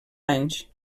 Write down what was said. anys